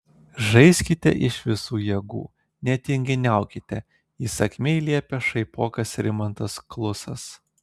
žaiskite iš visų jėgų netinginiaukite įsakmiai liepia šaipokas rimantas klusas